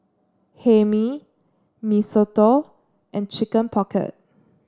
Hae Mee Mee Soto and Chicken Pocket